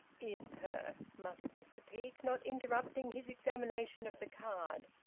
is her? muttered mr peake, not interrupting his examination of the card.